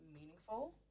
meaningful